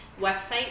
website